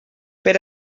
per